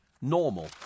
normal